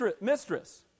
mistress